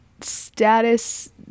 status